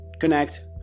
connect